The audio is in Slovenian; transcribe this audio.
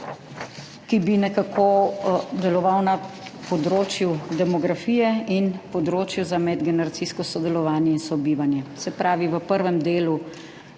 ki bi nekako deloval na področju demografije in področju za medgeneracijsko sodelovanje in sobivanje. Se pravi v prvem delu